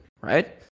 right